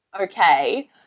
okay